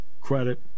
credit